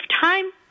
time